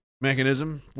mechanism